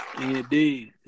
Indeed